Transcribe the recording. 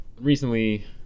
Recently